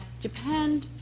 Japan